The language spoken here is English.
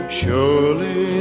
surely